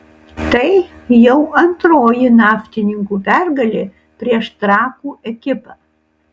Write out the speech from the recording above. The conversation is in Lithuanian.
tai jau antroji naftininkų pergalė prieš trakų ekipą